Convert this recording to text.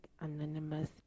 anonymous